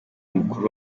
umukuru